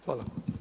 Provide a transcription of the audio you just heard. Hvala.